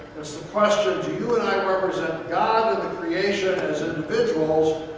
it's the question, do you and i represent god and the creation as individuals,